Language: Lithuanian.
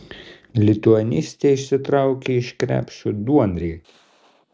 lituanistė išsitraukė iš krepšio duonriekį